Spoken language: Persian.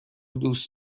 دوست